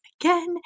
again